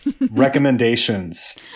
recommendations